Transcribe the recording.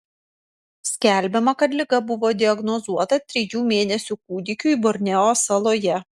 skelbiama kad liga buvo diagnozuota trijų mėnesių kūdikiui borneo saloje